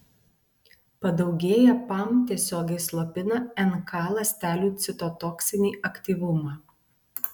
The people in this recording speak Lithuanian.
padaugėję pam tiesiogiai slopina nk ląstelių citotoksinį aktyvumą